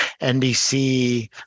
NBC